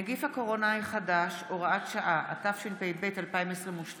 (נגיף הקורונה החדש, הוראת שעה), התשפ"ב 2022,